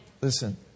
Listen